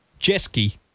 Jeski